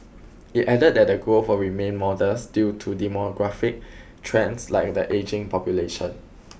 it added that the growth will remain modest due to demographic trends like the ageing population